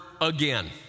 again